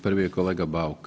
Prvi je kolega Bauk.